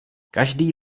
každý